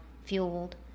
fueled